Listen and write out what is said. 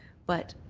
but